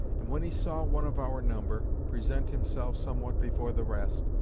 and when he saw one of our number, present himself somewhat before the rest,